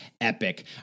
epic